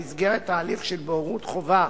במסגרת ההליך של בוררות חובה,